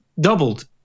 doubled